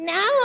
Now